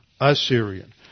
Assyrian